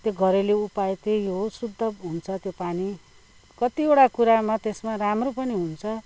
त्यो घरेलु उपाय त्यही हो शुद्ध हुन्छ त्यो पानी कतिवटा कुरा त्यसमा राम्रो पनि हुन्छ